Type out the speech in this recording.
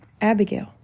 Abigail